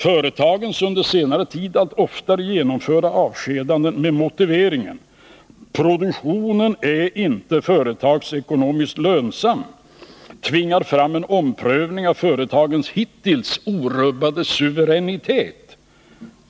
Företagens under senare tid allt oftare genomförda avskedanden med motiveringen att produktionen inte är företagsekonomiskt lönsam, tvingar fram en omprövning av företagens hittills orubbade suveränitet.